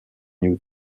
new